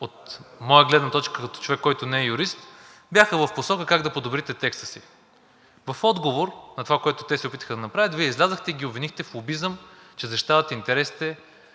от моя гледна точка, като човек, който не е юрист, бяха в посока как да подобрите текста си. В отговор на това, което те се опитаха да направят, Вие излязохте и ги обвинихте в лобизъм… ПЕТЪР ПЕТРОВ